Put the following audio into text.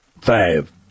Five